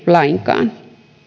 lainkaan